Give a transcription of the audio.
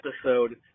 episode